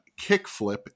Kickflip